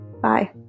Bye